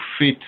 fit